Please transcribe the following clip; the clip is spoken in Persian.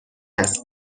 است